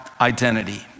identity